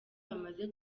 bamaze